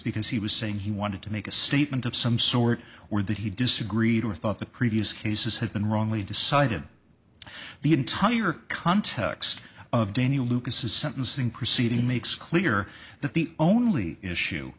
because he was saying he wanted to make a statement of some sort or that he disagreed or thought the previous cases had been wrongly decided the entire context of daniel lucas's sentencing proceeding makes clear that the only issue